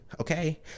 okay